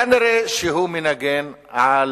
כנראה הוא מנגן על